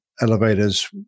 elevators